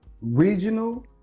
regional